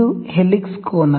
ಇದು ಹೆಲಿಕ್ಸ್ ಕೋನ